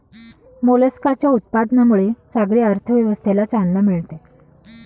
मोलस्काच्या उत्पादनामुळे सागरी अर्थव्यवस्थेला चालना मिळते